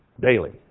Daily